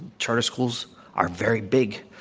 charter schools are very big.